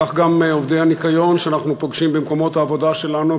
כך גם עובדי הניקיון שאנחנו פוגשים במקומות העבודה שלנו,